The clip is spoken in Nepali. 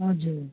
हजुर